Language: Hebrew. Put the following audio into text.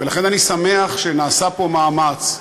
ולכן אני שמח שנעשה פה מאמץ,